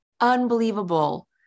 unbelievable